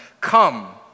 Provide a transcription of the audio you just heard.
come